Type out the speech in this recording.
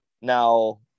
Now